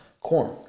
Corn